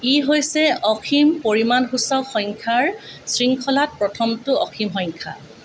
ই হৈছে অসীম পৰিমাণসূচক সংখ্যাৰ শৃংখলাত প্ৰথমটো অসীম সংখ্যা